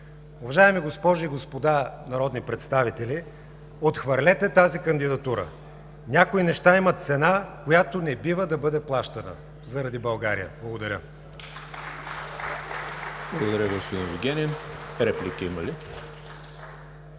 Уважаеми госпожи и господа народни представители, отхвърлете тази кандидатура. Някои неща имат цена, която не бива да бъде плащана заради България. Благодаря. (Ръкопляскания от „БСП за